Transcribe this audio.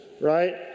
right